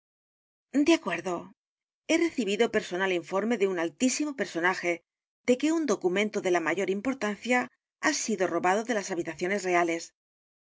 de acuerdo he recibido personal informe de un altísimo personaje de que un documento de la mayor importancia ha sido robado de las habitaciones reales